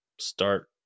start